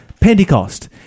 Pentecost